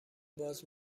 باز